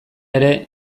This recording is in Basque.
ere